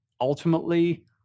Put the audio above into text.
ultimately